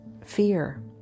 fear